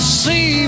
see